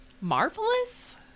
Marvelous